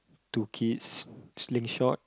to kiss sling shot